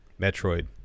Metroid